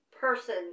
person